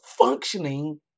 functioning